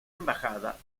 embajada